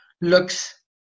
looks